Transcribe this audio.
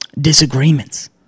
Disagreements